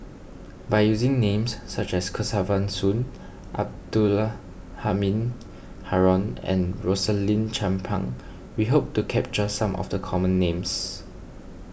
by using names such as Kesavan Soon Abdula Halim Haron and Rosaline Chan Pang we hope to capture some of the common names